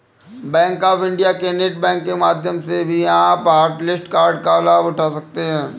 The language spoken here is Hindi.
बैंक ऑफ इंडिया के नेट बैंकिंग माध्यम से भी आप हॉटलिस्ट कार्ड का लाभ उठा सकते हैं